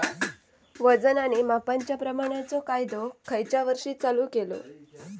वजन आणि मापांच्या प्रमाणाचो कायदो खयच्या वर्षी चालू केलो?